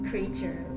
Creature